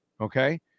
Okay